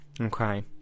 Okay